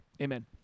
amen